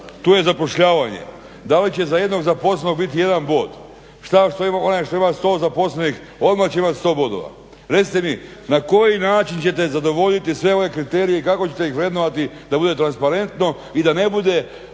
tu je zapošljavanje, da li će za jednog zaposlenog bit 1 bod. Šta onaj koji ima 100 zaposlenih odmah će imati 100 bodova? Recite mi na koji način ćete zadovoljiti sve ove kriterije, kako ćete ih vrednovati da bude transparentno i da ne bude